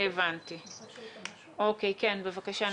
אוקיי, הבנתי.